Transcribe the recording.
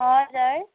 हजुर